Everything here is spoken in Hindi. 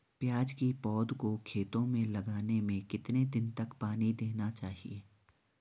प्याज़ की पौध को खेतों में लगाने में कितने दिन तक पानी देना चाहिए?